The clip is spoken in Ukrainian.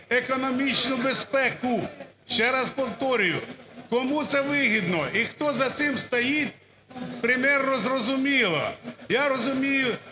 економічну безпеку. Ще раз повторюю, кому це вигідно, і хто за цим стоїть примірно зрозуміло. Я розумію